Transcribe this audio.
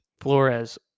flores